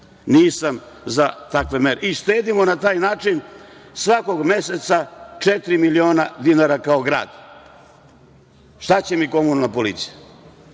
unuka. Nisam za takve mere i štedimo na takav način svakog meseca četiri miliona dinara kao grad. Šta će mi komunalna policija?